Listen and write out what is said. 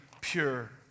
pure